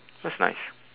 that's nice